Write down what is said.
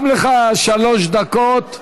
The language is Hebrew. גם לך שלוש דקות.